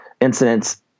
incidents